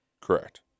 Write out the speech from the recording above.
Correct